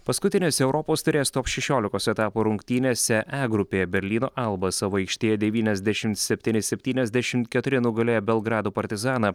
paskutinėse europos taurės top šešiolikos etapo rungtynėse e grupėje berlyno alba savo aikštėje devyniasdešimt septyni septyniasdešimt keturi nugalėjo belgrado partizaną